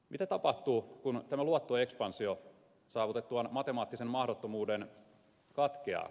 mitä tapahtuu kun tämä luottoekspansio saavutettuaan matemaattisen mahdottomuuden katkeaa